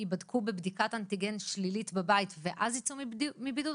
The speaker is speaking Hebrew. שייבדקו בבדיקת אנטיגן שלילית בבית ואז ייצאו מבידוד?